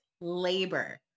labor